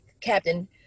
Captain